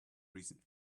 reason